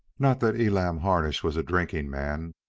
not that elam harnish was a drinking man.